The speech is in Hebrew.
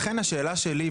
לכן השאלה שלי,